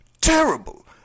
terrible